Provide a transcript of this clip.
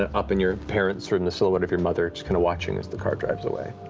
ah up in your parents or in the silhouette of your mother, just kind of watching as the car drives away.